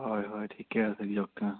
হয় হয় ঠিকে আছে দিয়ক তেনেহ'লে